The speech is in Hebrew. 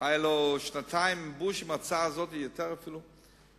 היו לו שנתיים עם בוש, עם ההצעה הזאת, אפילו יותר,